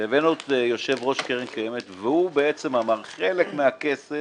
והבאנו את יושב-ראש קרן קיימת והוא בעצם אמר: חלק מהכסף